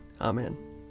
Amen